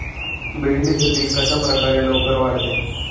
भेंडीचे पीक कशाप्रकारे लवकर वाढते?